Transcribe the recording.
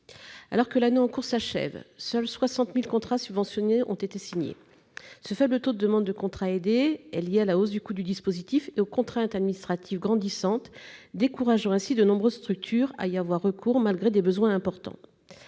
Alors que l'année 2018 s'achève, seuls 60 000 contrats subventionnés ont été signés. Le faible nombre de demandes de contrats aidés est lié à la hausse du coût du dispositif et aux contraintes administratives grandissantes, qui découragent de nombreuses structures à y avoir recours, malgré des besoins importants.